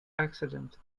accident